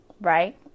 right